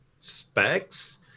specs